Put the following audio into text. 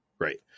Right